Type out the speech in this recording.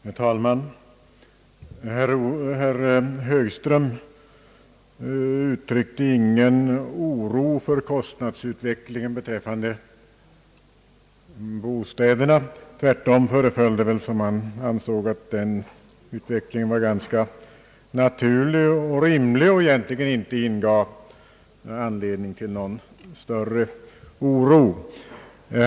Herr talman! Herr Högström uttryckte ingen oro för kostnadsutvecklingen beträffande bostäderna. Tvärtom föreföll det som om han ansåg att den utvecklingen var ganska naturlig och rimlig och egentligen inte ingav någon anledning till större oro.